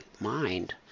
mind